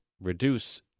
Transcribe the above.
reduce